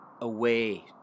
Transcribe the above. away